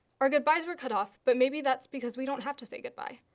our goodbyes were cut off but maybe that's because we don't have to say goodbye.